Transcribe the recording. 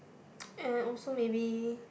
uh also maybe